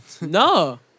No